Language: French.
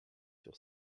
sur